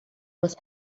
was